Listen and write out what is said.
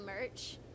merch